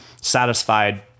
satisfied